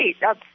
Right